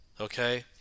okay